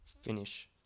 Finish